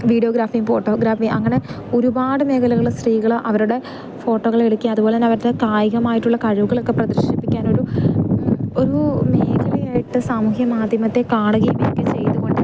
വീഡിയോഗ്രാഫിയും photography അങ്ങനെ ഒരുപാട് മേഖലകൾ സ്ത്രീകൾ അവരുടെ ഫോട്ടോകൾ എടുക്കുകയും അതുപോലെതന്നെ അവരുടെ കായികമായിട്ടുള്ള കഴിവുകളൊക്കെ പ്രദർശിപ്പിക്കാനൊരു ഒരു മേഖലയായിട്ട് സാമൂഹ്യ മാധ്യമത്തെ കാണുകയും ഒക്കെ ചെയ്തുകൊണ്ട്